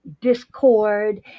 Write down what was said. discord